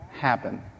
happen